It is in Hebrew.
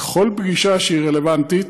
בכל פגישה שהיא רלוונטית.